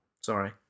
sorry